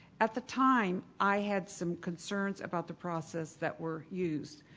at the time, i had some concerns about the process that were used,